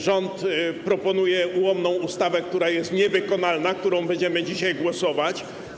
Rząd proponuję ułomną ustawę, która jest niewykonalna, a nad którą będziemy dzisiaj głosować.